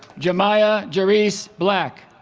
jahmia jerese black